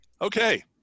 Okay